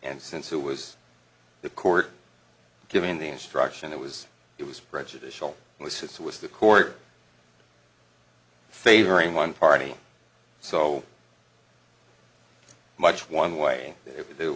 and since it was the court giving the instruction that was it was prejudicial only six was the court favoring one party so much one way t